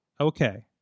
Okay